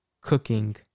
cooking